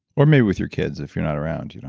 or maybe with your kids if you're not around. you know